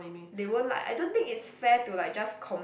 they won't like I don't think it's fair to like just com~